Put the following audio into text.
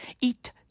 Eat